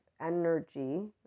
energy